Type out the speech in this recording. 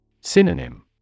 Synonym